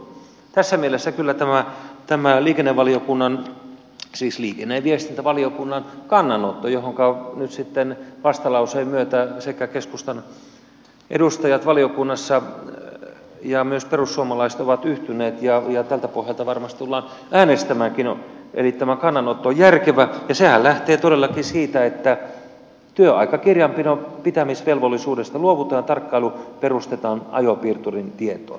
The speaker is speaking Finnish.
tässä mielessä kyllä tämä liikenne ja viestintävaliokunnan kannanotto johonka nyt sitten vastalauseen myötä sekä keskustan edustajat valiokunnassa että perussuomalaiset ovat yhtyneet ja tältä pohjalta varmasti tullaan äänestämäänkin on järkevä ja sehän lähtee todellakin siitä että työaikakirjanpidon pitämisvelvollisuudesta luovutaan ja tarkkailu perustetaan ajopiirturin tietoon